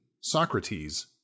Socrates